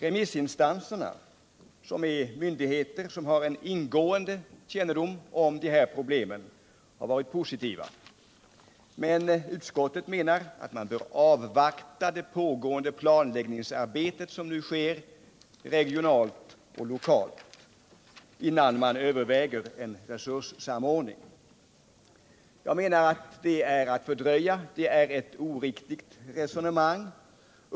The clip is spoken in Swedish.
Remissinstanserna, som är myndigheter med ingående kännedom om dessa problem, har varit positiva. Men utskottet menar att man bör avvakta det planläggningsarbete som pågår regionalt och lokalt, innan man överväger en resurssamordning. Jag menar att detta är att fördröja och att det är ett oriktigt resonemang.